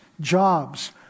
jobs